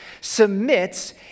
submits